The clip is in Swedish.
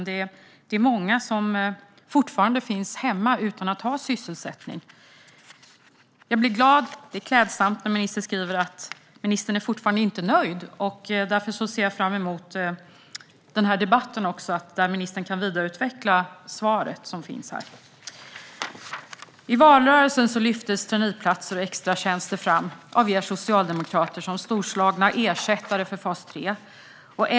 Det är många som fortfarande finns hemma utan att ha sysselsättning. Jag blir glad och det är klädsamt när ministern säger att hon fortfarande inte är nöjd. Därför ser jag fram emot den här debatten där ministern kan vidareutveckla svaret som finns här. I valrörelsen lyftes traineeplatser och extratjänster fram av er socialdemokrater som storslagna ersättare för fas 3.